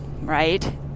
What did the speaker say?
right